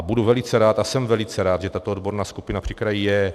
Budu velice rád a jsem velice rád, že tato odborná skupina při kraji je.